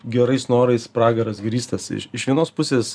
gerais norais pragaras grįstas iš vienos pusės